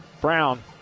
Brown